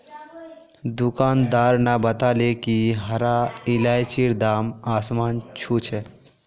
दुकानदार न बताले कि हरा इलायचीर दाम आसमान छू छ